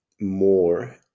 more